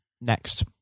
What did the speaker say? next